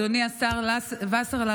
אדוני השר וסרלאוף,